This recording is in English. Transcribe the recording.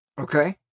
Okay